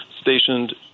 stationed